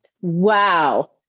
Wow